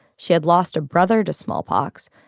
she had lost a brother to smallpox.